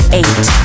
eight